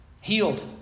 Healed